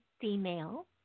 female